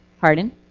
Pardon